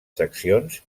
seccions